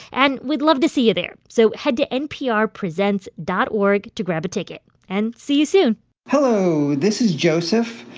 and we'd love to see you there. so head to nprpresents dot org to grab a ticket. and see you soon hello. this is joseph.